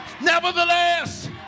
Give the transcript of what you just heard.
Nevertheless